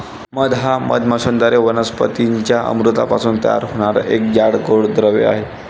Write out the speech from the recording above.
मध हा मधमाश्यांद्वारे वनस्पतीं च्या अमृतापासून तयार होणारा एक जाड, गोड द्रव आहे